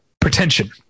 pretension